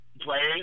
players